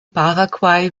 paraguay